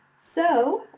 so,